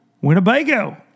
Winnebago